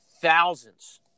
thousands –